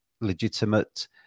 legitimate